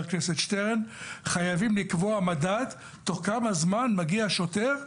הכנסת שטרן חייבים לקבוע מדד תוך כמה זמן מגיע שוטר לאזרח,